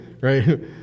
Right